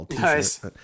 Nice